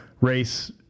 race